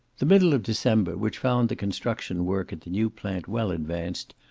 the middle of december, which found the construction work at the new plant well advanced,